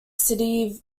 city